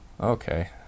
okay